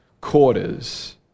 quarters